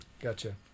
Gotcha